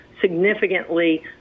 significantly